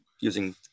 using